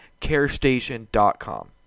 carestation.com